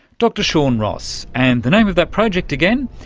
dr shawn ross. and the name of that project again?